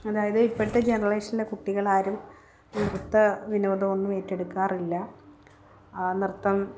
അതായത് ഇപ്പോഴത്തെ ജനറേഷനിലെ കുട്ടികളാരും നൃത്ത വിനോദം ഒന്നും ഏറ്റെടുക്കാറില്ല ആ നൃത്തം